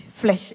flesh